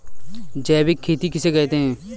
जैविक खेती किसे कहते हैं?